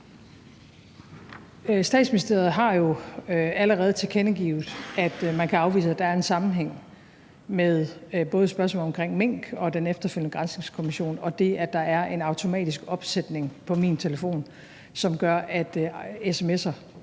Statsministeriet har jo allerede tilkendegivet, at man kan afvise, at der er en sammenhæng med både spørgsmålet omkring mink og den efterfølgende granskningskommission og det, at der er en automatisk opsætning på min telefon, som gør, at sms'er